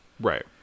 Right